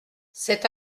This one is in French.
cet